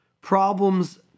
Problems